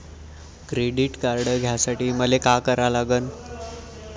Credit card घ्यासाठी मले का करा लागन?